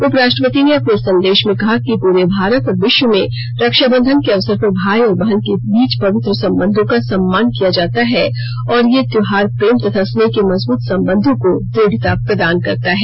उप राष्ट्रपति ने अपने संदेश में कहा है कि पूरे भारत और विश्व में रक्षाबंधन के अवसर पर भाई और बहन के बीच प्रवित्र संबंधों का सम्मान किया जाता है और यह त्यौहार प्रेम तथा स्नेह के मजबूत संबंधों को दृढता प्रदान करता है